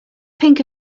pink